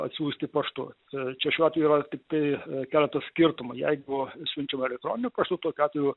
atsiųsti paštu ir čia šiuo atveju yra tiktai keletas skirtumų jeigu išsiunčiama elektroniniu paštu tokiu atveju